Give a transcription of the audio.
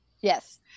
Yes